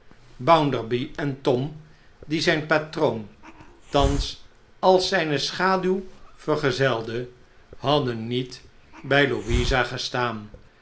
en tom die zijn patroon thans als zijne schaduw vergezelde hadden niet bij louisa gestaan